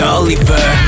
Oliver